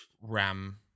ram